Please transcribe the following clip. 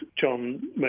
John